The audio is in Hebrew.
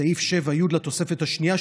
סעיף 7(י) לתוספת השנייה,